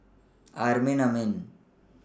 Amrin Amin